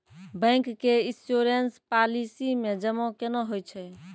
Bank के insurance policy मे जमा केना होय छै?